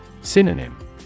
Synonym